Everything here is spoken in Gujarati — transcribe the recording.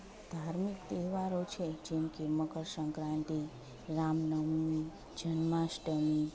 ધાર્મિક તહેવારો છે જેમ કે મકર સંક્રાંતિ રામ નવમી જન્માષ્ટમી